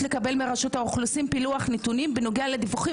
לקבל מרשות האוכלוסין פילוח נתונים בנוגע לדיווחים